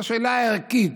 שאלה ערכית,